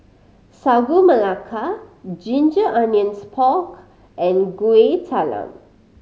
Sagu Melaka ginger onions pork and Kueh Talam